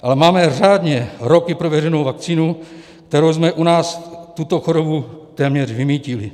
Ale máme řádně roky prověřenou vakcínu, kterou jsme u nás tuto chorobu téměř vymýtili.